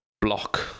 block